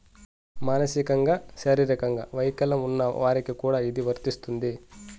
మానసికంగా శారీరకంగా వైకల్యం ఉన్న వారికి కూడా ఇది వర్తిస్తుంది